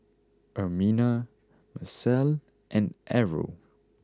Ermina Marcelle and Errol